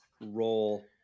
role